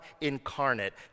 incarnate